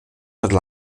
oder